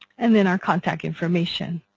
and then our contact information.